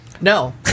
No